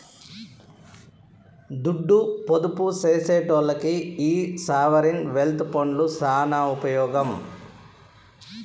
దుడ్డు పొదుపు సేసెటోల్లకి ఈ సావరీన్ వెల్త్ ఫండ్లు సాన ఉపమోగం